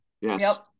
yes